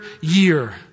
year